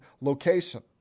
location